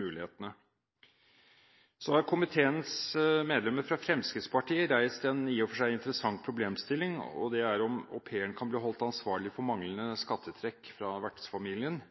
mulighetene. Så har komiteens medlemmer fra Fremskrittspartiet reist en i og for seg interessant problemstilling, og det er om au pairen kan bli holdt ansvarlig for manglende skattetrekk fra vertsfamilien.